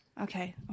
Okay